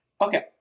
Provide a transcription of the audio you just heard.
okay